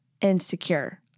insecure